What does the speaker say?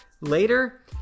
later